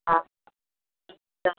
हाँ अच्छा